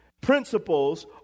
principles